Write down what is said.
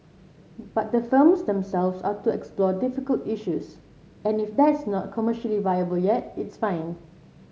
but the films themselves are to explore difficult issues and if that's not commercially viable yet it's fine